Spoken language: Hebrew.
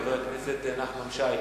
חבר הכנסת נחמן שי,